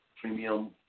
premium